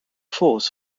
falls